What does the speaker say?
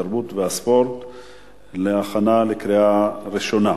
התרבות והספורט להכנה לקריאה ראשונה.